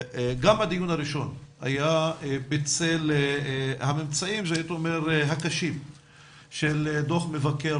גם הדיון הראשון היה בצל הממצאים הקשים של דוח מבקר